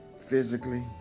physically